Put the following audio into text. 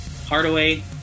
Hardaway